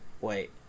wait